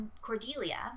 Cordelia